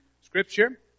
scripture